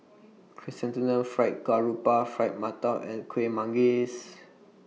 Chrysanthemum Fried Garoupa Fried mantou and Kueh Manggis